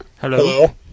Hello